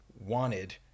wanted